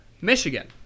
Michigan